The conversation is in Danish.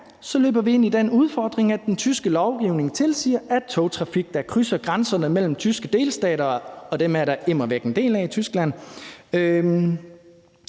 så løber vi ind i den udfordring, at den tyske lovgivning tilsiger, at den togtrafik, der krydser grænserne mellem tyske delstater – og dem er der immer væk en del af i Tyskland